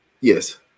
Yes